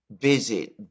visit